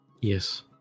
Yes